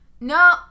No